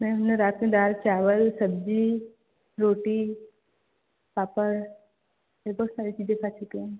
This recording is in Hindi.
मैम हमने रात में दाल चावल सब्ज़ी रोटी पापड़ लगभग सारी चीज़ें खा चुके हैं